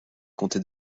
comté